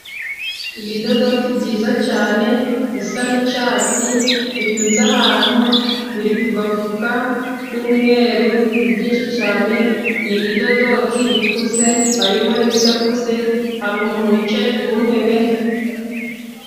Ibidodoki byiza cyane bisa n'icyatsi birunze ahantu, biri ku gafuka k'umweru ni byinshi cyane, ni ibidodoki bikuze harimo n'ibidakuze, hari umuntu wicaye ku ntebe.